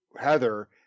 heather